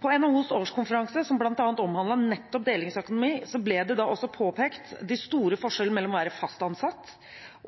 På NHOs årskonferanse, som bl.a. omhandlet nettopp delingsøkonomi, ble det da også påpekt de store forskjellene mellom å være fast ansatt